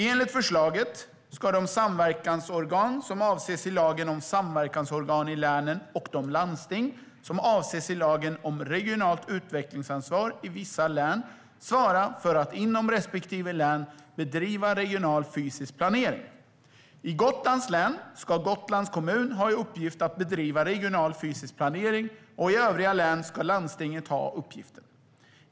Enligt förslaget ska de samverkansorgan som avses i lagen om samverkansorgan i länen och de landsting som avses i lagen om regionalt utvecklingsansvar i vissa län svara för att inom respektive län bedriva regional fysisk planering. I Gotlands län ska Gotlands kommun ha i uppgift att bedriva regional fysisk planering, och i övriga län ska landstinget ha uppgiften.